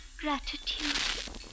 gratitude